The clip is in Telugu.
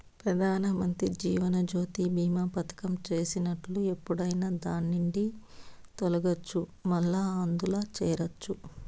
పెదానమంత్రి జీవనజ్యోతి బీమా పదకం చేసినట్లు ఎప్పుడైనా దాన్నిండి తొలగచ్చు, మల్లా అందుల చేరచ్చు